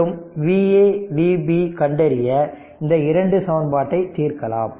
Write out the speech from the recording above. மற்றும் Va Vb கண்டறிய இந்த 2 சமன்பாட்டை தீர்க்கலாம்